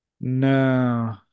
No